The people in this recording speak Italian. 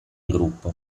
gruppo